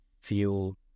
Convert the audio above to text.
feel